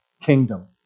kingdom